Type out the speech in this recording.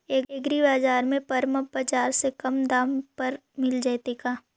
एग्रीबाजार में परमप बाजार से कम दाम पर मिल जैतै का?